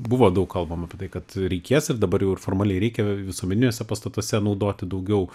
buvo daug kalbama apie tai kad reikės ir dabar jau ir formaliai reikia visuomeniniuose pastatuose naudoti daugiau